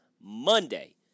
Monday